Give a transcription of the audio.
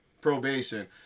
probation